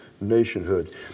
nationhood